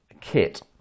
kit